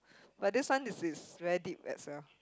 but this one is is very deep as well